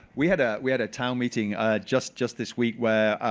we had a we had a town meeting ah just just this week where